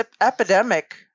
epidemic